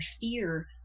fear